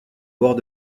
bord